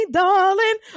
darling